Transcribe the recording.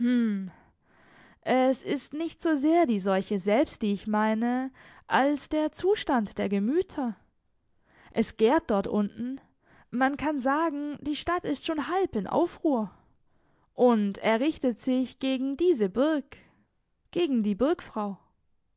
es ist nicht so sehr die seuche selbst die ich meine als der zustand der gemüter es gärt dort unten man kann sagen die stadt ist schon halb in aufruhr und er richtet sich gegen diese burg gegen die burgfrau